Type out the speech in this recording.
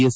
S